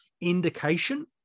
indication